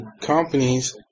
companies